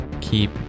keep